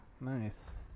Nice